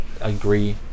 agree